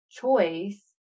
choice